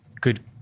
Good